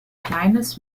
kleines